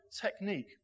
technique